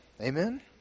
Amen